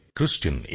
Christian